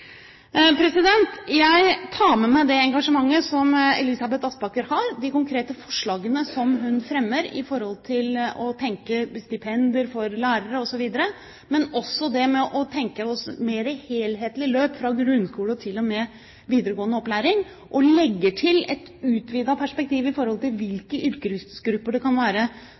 Jeg tar med meg det engasjementet som Elisabeth Aspaker har, de konkrete forslagene som hun fremmer i forhold til å tenke stipender for lærere osv., men også det med å tenke oss et mer helhetlig løp fra grunnskole til videregående opplæring – og legge til et utvidet perspektiv i forhold til hvilke yrkesgrupper det kan være